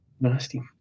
nasty